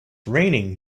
raining